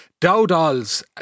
Dowdall's